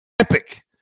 epic